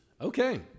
Okay